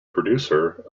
producer